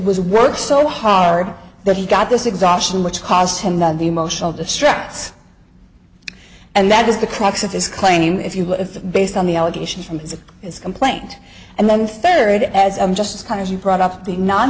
was work so hard that he got this exhaustion which cost him the emotional distress and that is the crux of this claim if you will is based on the allegations from his of his complaint and then third as i'm just kind of you brought up the non